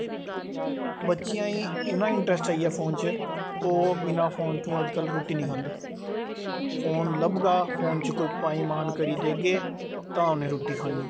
बच्चेआं ई इ'न्ना इंटरस्ट आइया फोन च ओह् बिना फोन तो अज्ज कल रुट्टी नेईं खंदे फोन लब्भगा फोन च कोई पाइम ऑन करी देगे तां उ'नें रुट्टी खानी